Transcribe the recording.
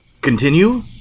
Continue